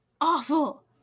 awful